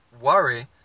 worry